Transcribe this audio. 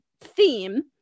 theme